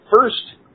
first